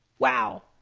wow.